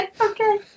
Okay